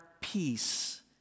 peace